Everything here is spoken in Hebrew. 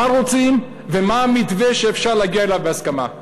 מה רוצים ומה המתווה שאפשר להגיע אליו בהסכמה.